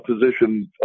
position